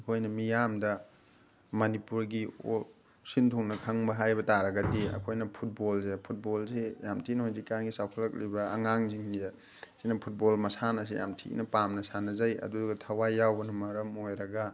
ꯑꯩꯈꯣꯏꯅ ꯃꯤꯌꯥꯝꯗ ꯃꯅꯤꯄꯨꯔꯒꯤ ꯁꯤꯟ ꯊꯨꯡꯅ ꯈꯪꯕ ꯍꯥꯏꯕ ꯇꯥꯔꯒꯗꯤ ꯑꯩꯈꯣꯏꯅ ꯐꯨꯠꯕꯣꯜꯁꯦ ꯐꯨꯠꯕꯣꯜꯁꯦ ꯌꯥꯝ ꯊꯤꯅ ꯍꯧꯖꯤꯛ ꯀꯥꯟꯒꯤ ꯆꯥꯎꯈꯠꯂꯛꯂꯤꯕ ꯑꯉꯥꯡꯁꯤꯡꯒꯤ ꯁꯤꯅ ꯐꯨꯠꯕꯣꯜ ꯃꯁꯥꯟꯅꯁꯤ ꯌꯥꯝ ꯊꯤꯅ ꯄꯥꯝꯅ ꯁꯥꯟꯅꯖꯩ ꯑꯗꯨꯒ ꯊꯋꯥꯏ ꯌꯥꯎꯕꯅ ꯃꯔꯝ ꯑꯣꯏꯔꯒ